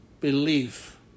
belief